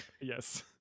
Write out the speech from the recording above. yes